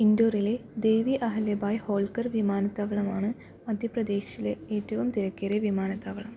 ഇൻഡോറിലെ ദേവി അഹല്യഭായ് ഹോൾക്കർ വിമാനത്താവളമാണ് മധ്യപ്രദേശിലെ ഏറ്റവും തിരക്കേറിയ വിമാനത്താവളം